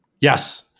Yes